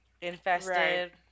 Infested